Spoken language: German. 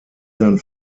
sein